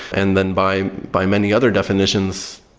and then by by many other definitions,